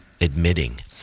admitting